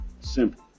Simple